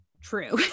true